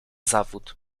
zawód